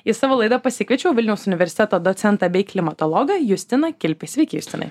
į savo laidą pasikviečiau vilniaus universiteto docentą bei klimatologą justiną kilpį sveiki justinai